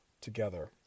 together